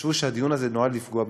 חשבו שהדיון הזה נועד לפגוע בנשים,